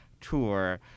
tour